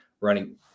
running